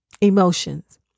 Emotions